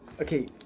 Okay